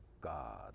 God